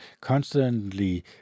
constantly